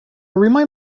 reminded